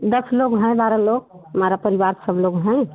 दस लोग हाँ बारह लोग हमारा परिवार सब लोग हैं